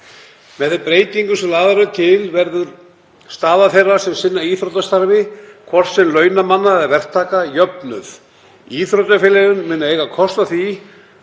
Með þeim breytingum sem lagðar eru til verður staða þeirra sem sinna íþróttastarfi, hvort sem er launamanna eða verktaka, jöfnuð. Íþróttafélögin muni eiga kost á því